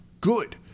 good